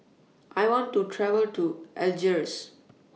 I want to travel to Algiers